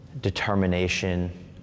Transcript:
determination